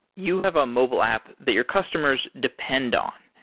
you have a mobile app that your customers depend on,